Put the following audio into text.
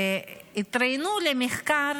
התראיינו למחקר